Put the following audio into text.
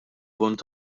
punt